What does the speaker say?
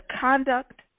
conduct